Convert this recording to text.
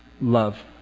love